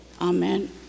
Amen